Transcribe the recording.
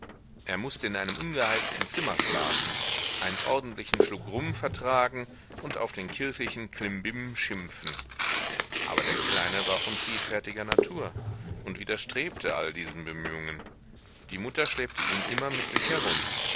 er mußte in einem ungeheizten zimmer schlafen einen ordentlichen schluck rum vertragen und auf den kirchlichen klimbim schimpfen aber der kleine war von friedfertiger natur und widerstrebte allen diesen bemühungen die mutter schleppte ihn immer mit sich herum